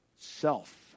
self